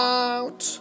out